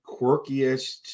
quirkiest